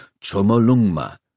Chomolungma